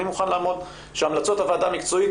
אני מוכן שהמלצות ה וועדה המקצועית,